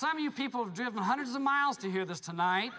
some you people have driven hundreds of miles to hear this tonight